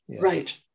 right